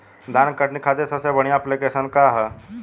धान के कटनी खातिर सबसे बढ़िया ऐप्लिकेशनका ह?